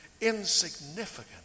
insignificant